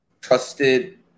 trusted